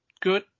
good